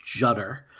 judder